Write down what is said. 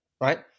right